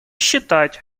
считать